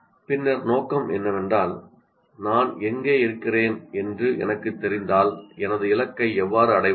பின்னர் நோக்கம் என்னவென்றால் நான் எங்கே இருக்கிறேன் என்று எனக்குத் தெரிந்தால் எனது இலக்கை எவ்வாறு அடைவது